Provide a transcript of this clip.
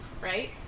right